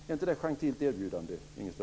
Är inte det ett gentilt erbjudande, Inger